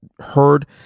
heard